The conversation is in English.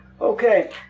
Okay